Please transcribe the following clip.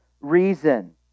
reason